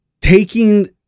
taking